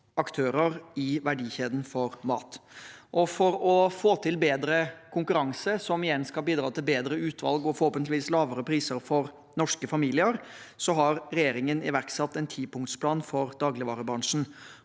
aktører i verdikjeden for mat. For å få til bedre konkurranse, som igjen skal bidra til bedre utvalg og forhåpentligvis lavere priser for norske familier, har regjeringen iverksatt en tipunktsplan for dagligvarebransjen,